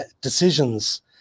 decisions